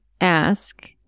ask